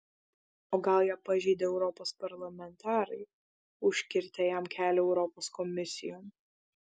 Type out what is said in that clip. o gal ją pažeidė europos parlamentarai užkirtę jam kelią europos komisijon